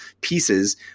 pieces